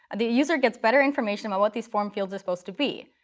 the user gets better information about what these form fields are supposed to be.